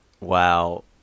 Wow